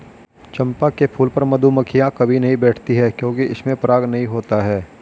चंपा के फूल पर मधुमक्खियां कभी नहीं बैठती हैं क्योंकि इसमें पराग नहीं होता है